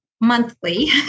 monthly